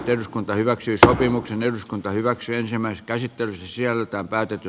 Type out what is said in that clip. eduskunta hyväksyi sopimuksen eduskunta hyväksyi ensimmäisen käsittelyn sieltä vältytty